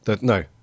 no